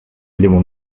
limo